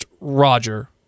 Roger